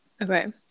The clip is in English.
Okay